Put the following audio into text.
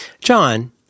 John